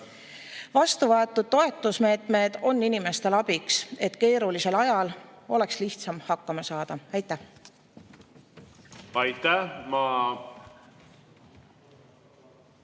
Vastuvõetud toetusmeetmed on inimestele abiks, et keerulisel ajal oleks lihtsam hakkama saada. Aitäh!